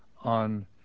on